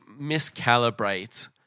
miscalibrate